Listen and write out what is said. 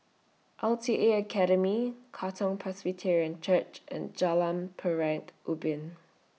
L T A Academy Katong Presbyterian Church and Jalan Ubin